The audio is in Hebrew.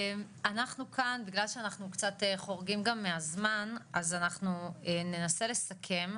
בגלל שאנחנו קצת חורגים גם מהזמן, אז ננסה לסכם.